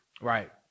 Right